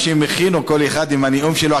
כל אחד עם הנאום שלו.